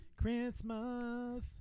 Christmas